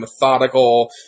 methodical